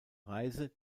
reise